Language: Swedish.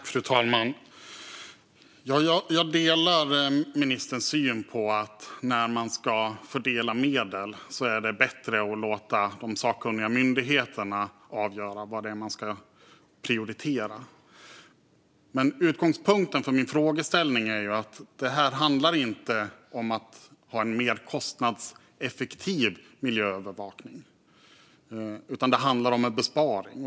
Fru talman! Jag delar ministerns syn på att det är bättre att låta sakkunniga myndigheter avgöra vad som ska prioriteras när man ska fördela medlen. Utgångspunkten för min frågeställning är att det inte handlar om att ha en mer kostnadseffektiv miljöövervakning; det handlar om en besparing.